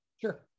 Sure